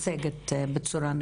אם